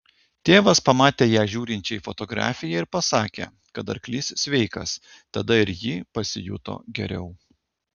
tėvas pamatė ją žiūrinčią į fotografiją ir pasakė kad arklys sveikas tada ir ji pasijuto geriau